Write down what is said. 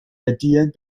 idea